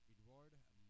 Edward